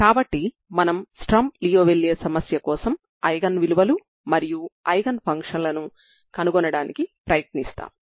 కాబట్టి ఈ వీడియోలో మనం పరిమిత స్ట్రింగ్ యొక్క ఒక చివర నిర్ణయించబడి రెండవ చివర స్వేచ్ఛగా వదిలివేసిన ఇలాంటి మరొక సమస్యకు పరిష్కారాన్ని కనుగొనడానికి ప్రయత్నిస్తాము